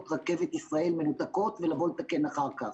רכבת ישראל מנותקות ולבוא לתקן אחר כך.